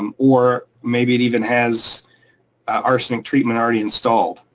um or maybe it even has arsenic treatment already installed,